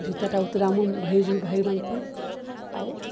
ଜେଉଁତିଆଟା ଉତ୍ରାମୁ ଆମ ଭାଇ ଇ ଭାଇମାନ୍କୁ ଆଉ